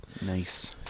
Nice